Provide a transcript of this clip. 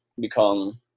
become